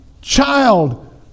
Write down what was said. child